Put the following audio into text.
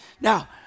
now